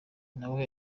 nawe